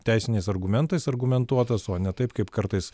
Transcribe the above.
teisiniais argumentais argumentuotas o ne taip kaip kartais